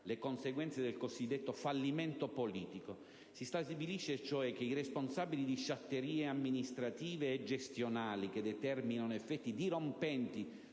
le conseguenze del cosiddetto fallimento politico: si stabilisce, cioè, che i responsabili di sciatterie amministrative e gestionali, che determinano effetti dirompenti